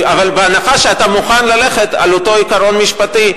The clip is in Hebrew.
אבל בהנחה שאתה מוכן ללכת על אותו עיקרון משפטי,